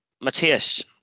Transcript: Matthias